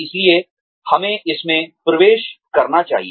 इसलिए हमें इसमें प्रवेश करना चाहिए